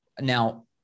now